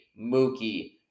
Mookie